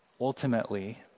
ultimately